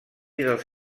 dels